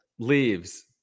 leaves